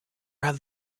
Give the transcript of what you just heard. have